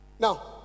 Now